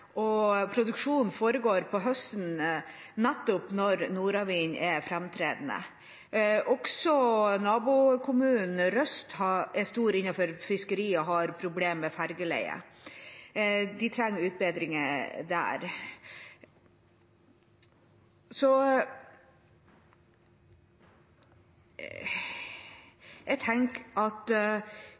og produksjonen foregår om høsten, nettopp når nordavinden er framtredende. Også nabokommunen Røst er stor innenfor fiskeri og har problemer med ferjeleiet. De trenger utbedringer der. Hva kan statsråden gjøre for å bedre infrastrukturen, sånn at